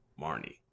Marnie